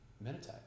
meditate